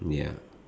ya